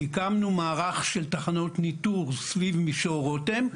הקמנו מערך של תחנות ניטור סביב מישור רותם,